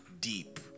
deep